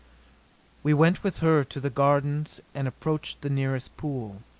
we went with her to the gardens and approached the nearest pool.